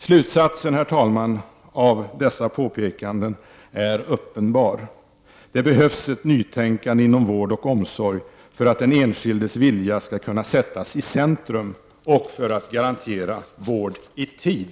Slutsatsen av dessa påpekanden är uppenbar: det behövs ett nytänkande inom vård och omsorg för att den enskildes vilja skall kunna sättas i centrum och för att garantera vård i tid.